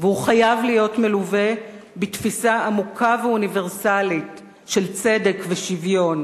והוא חייב להיות מלווה בתפיסה עמוקה ואוניברסלית של צדק ושוויון,